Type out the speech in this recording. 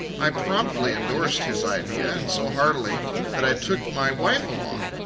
i promptly indorsed his idea, and so heartily that i took my wife along.